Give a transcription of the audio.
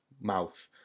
mouth